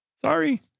Sorry